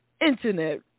internet